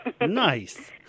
Nice